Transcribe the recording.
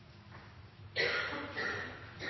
en